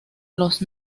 los